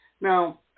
now